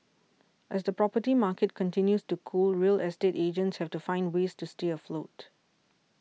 as the property market continues to cool real estate agents have to find ways to stay afloat